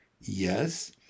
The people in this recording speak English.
Yes